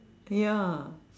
ya